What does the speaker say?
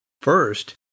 First